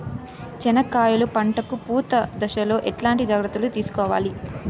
చెనక్కాయలు పంట కు పూత దశలో ఎట్లాంటి జాగ్రత్తలు తీసుకోవాలి?